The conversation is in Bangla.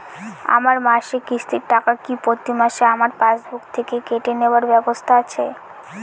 আমার মাসিক কিস্তির টাকা কি প্রতিমাসে আমার পাসবুক থেকে কেটে নেবার ব্যবস্থা আছে?